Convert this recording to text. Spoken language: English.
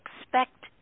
expect